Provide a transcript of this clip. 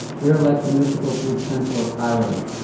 we are like the mythical greek centaur chiron,